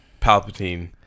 Palpatine